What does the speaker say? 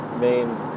main